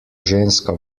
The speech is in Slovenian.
ženska